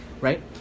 Right